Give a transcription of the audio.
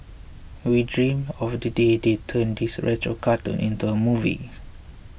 we dream of the day they turn this retro cartoon into a movie